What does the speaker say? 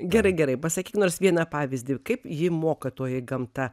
gerai gerai pasakyk nors vieną pavyzdį kaip ji moko toji gamta